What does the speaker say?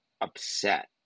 upset